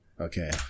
Okay